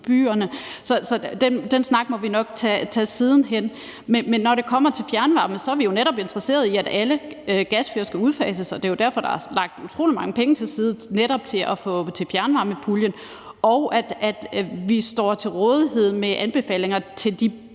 byerne. Så den snak må vi nok tage senere. Men når det kommer til fjernvarme, er vi netop interesseret i, at alle gasfyr skal udfases, og det er jo derfor, der er lagt utrolig mange penge til side netop til fjernvarmepuljen, og at vi står til rådighed med anbefalinger til de